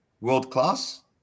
World-class